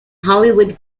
hollywood